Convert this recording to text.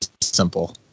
simple